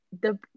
the-